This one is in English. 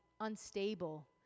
unstable